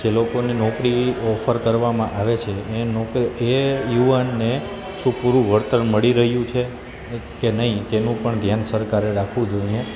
જે લોકોને નોકરી ઓફર કરવામાં આવે છે એ યુવાનને શું પૂરું વળતર મળી રહ્યું છે કે નહીં તેનું પણ ધ્યાન સરકારે રાખવું જોઈએ